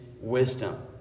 wisdom